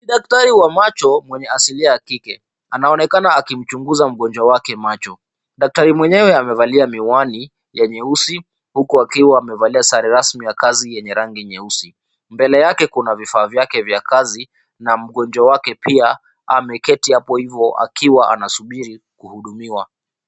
Daktari wa macho mwenye asilia ya kike anaonekana akimchunguza mgonjwa wake macho. Daktari mwenyewe amevalia miwani ya nyeusi huku akiwa amevalia sare rasmi ya kazi yenye rangi nyeusi. Mbele yake kuna vifaa vyake vya kazi na mgonjwa wake pia ameketi hapo hivo akiwa anasubiri kuhudumiwa.